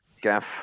gaff